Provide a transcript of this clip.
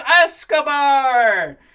Escobar